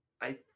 I-